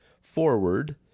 forward